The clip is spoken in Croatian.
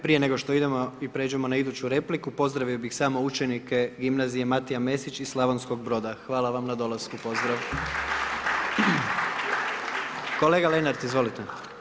Prije nego što idemo i prijeđemo na iduću repliku, pozdravio bih samo učenike gimnazije Matija Mesić iz Slavonskog Broda, hvala vam na dolasku, podzrav. Kolega Lenart, izvolite.